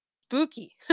spooky